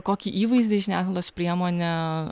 kokį įvaizdį žiniasklaidos priemonė